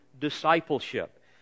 discipleship